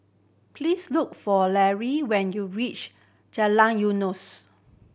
please look for when you reach Jalan Eunos